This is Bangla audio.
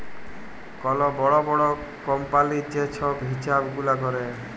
কল বড় বড় কম্পালির যে ছব হিছাব গুলা ক্যরে